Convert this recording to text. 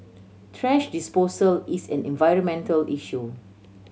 thrash disposal is an environmental issue